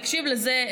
תקשיב לזה,